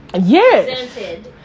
yes